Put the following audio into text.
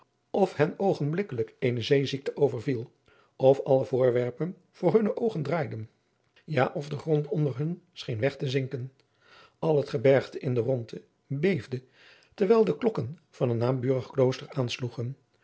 of hen oogenblikkelijk eene zeeziekte overviel of alle voorwerpen voor hunne oogen draaiden ja of de grond onder hun scheen weg te zinken al het gebergte in de rondte beefde terwijl de klokken van een naburig klooster aansloegen